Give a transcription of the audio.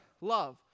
love